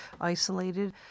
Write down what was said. isolated